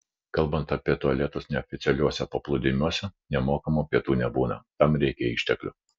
kalbant apie tualetus neoficialiuose paplūdimiuose nemokamų pietų nebūna tam reikia išteklių